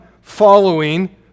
following